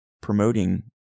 promoting